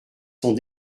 sont